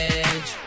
edge